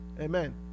amen